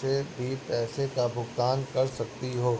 से भी पैसों का भुगतान कर सकती हो